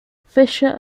fisher